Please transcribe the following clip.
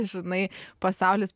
žinai pasaulis